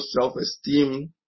self-esteem